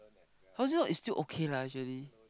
how is it not it's still okay lah actually